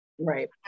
right